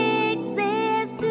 exist